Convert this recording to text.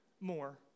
more